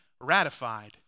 ratified